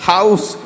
House